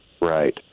Right